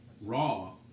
raw